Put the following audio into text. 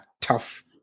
tough